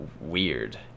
weird